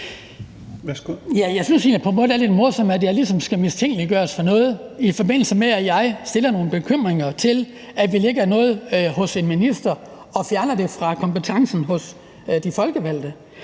Jeg synes egentlig på en måde, at det er lidt morsomt, at jeg ligesom skal mistænkeliggøres for noget, i forbindelse med at jeg stiller nogle bekymringer op for, at vi lægger noget hos en minister og fjerner det fra kompetencen hos de folkevalgte.